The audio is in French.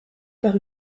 par